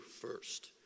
first